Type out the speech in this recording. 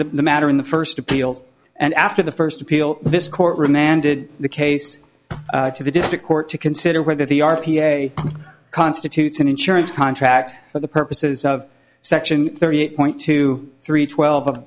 was the matter in the first appeal and after the first appeal this court remanded the case to the district court to consider whether the r p a constitutes an insurance contract for the purposes of section thirty eight point two three twelve of